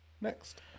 Next